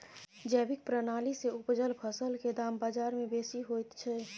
जैविक प्रणाली से उपजल फसल के दाम बाजार में बेसी होयत छै?